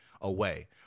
away